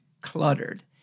cluttered